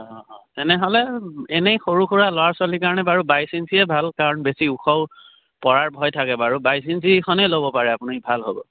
অঁ তেনেহ'লে এনেই সৰু সুৰা ল'ৰা ছোৱালীৰ কাৰণে বাৰু বাইছ ইঞ্চিয়ে ভাল কাৰণ বেছি ওখও পৰাৰ ভয় থাকে বাৰু বাইছ ইঞ্চিখনেই ল'ব পাৰে আপুনি ভাল হ'ব